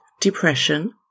depression